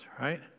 right